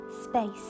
space